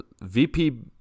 VP